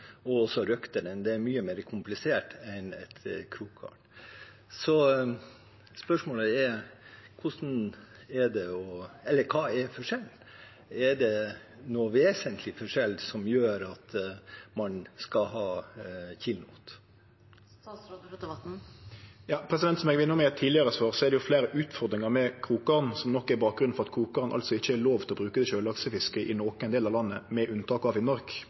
og også røkte den. Det er mye mer komplisert enn et krokgarn. Så spørsmålet er: Hva er forskjellen? Er det noen vesentlig forskjell som gjør at man skal ha kilenot? Som eg var innom i eit tidlegare svar, er det fleire utfordringar med krokgarn, som nok er bakgrunnen for at krokgarn ikkje er lov å bruke i sjølaksefiske i nokon delar av landet, med unntak av Finnmark.